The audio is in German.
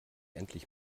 endlich